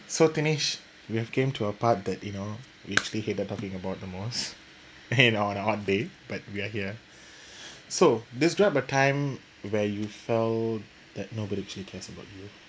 so Dinesh we have came to a part that you know we actually hated talking about the most you know on a hot day but we're here so describe a time where you felt that nobody actually cares about you